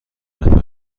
نفر